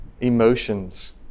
emotions